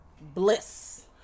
bliss